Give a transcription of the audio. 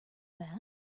that